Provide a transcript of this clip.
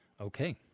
Okay